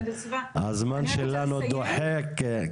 הזמן שלנו דוחק.